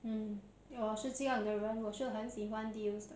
mm 我是这样的人我是 virtual 很喜欢 deals 的